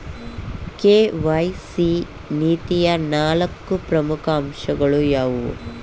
KYC ನೀತಿಯ ನಾಲ್ಕು ಪ್ರಮುಖ ಅಂಶಗಳು ಯಾವುವು?